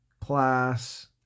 class